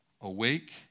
awake